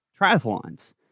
triathlons